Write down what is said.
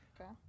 Okay